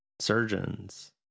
surgeons